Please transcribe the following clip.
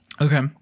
Okay